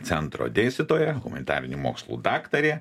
centro dėstytoja humanitarinių mokslų daktarė